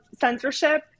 censorship